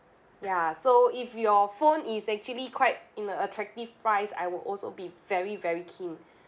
ya so if your phone is actually quite in a attractive price I will also be very very keen